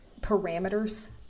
parameters